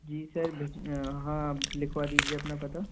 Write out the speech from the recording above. जी sir भिज हाँ लिखवा दीजिए अपना पता